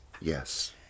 Yes